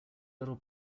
little